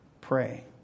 Pray